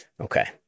Okay